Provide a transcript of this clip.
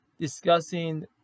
discussing